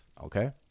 okay